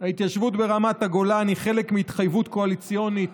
ההתיישבות ברמת הגולן היא חלק מהתחייבות קואליציונית